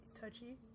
Touchy